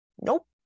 Nope